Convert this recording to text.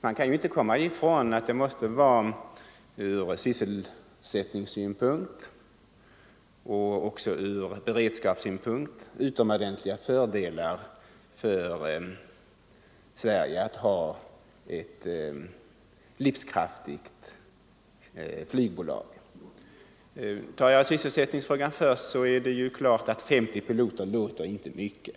Man kan inte komma ifrån att det från sysselsättningsoch beredskapssynpunkt måste innebära utomordentligt stora fördelar för Sverige att ha ett livskraftigt charterflygbolag. Vad sysselsättningen beträffar är det klart att 50 piloter inte låter mycket.